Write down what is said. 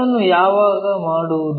ಅದನ್ನು ಯಾವಾಗ ಮಾಡುವುದು